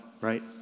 right